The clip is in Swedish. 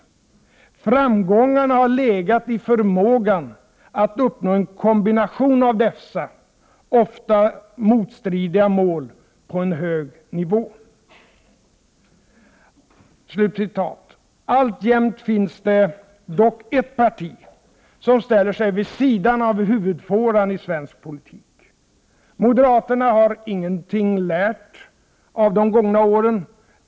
Framgångarna har legat i förmågan att uppnå en kombination av dessa oftast motstridiga mål på en hög nivå.” Alltjämt finns det dock ett parti som ställer sig vid sidan av huvudfåran i svensk politik. Moderaterna har ingenting lärt av de gångna åren.